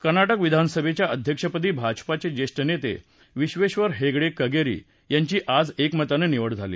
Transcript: कर्नाटक विधानसभेच्या अध्यक्षपदी भाजपाचे ज्येष्ठ नेते विश्वेक्षर हेगडे कगेरी यात्री आज एकमतानं निवड झाली